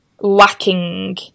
lacking